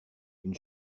une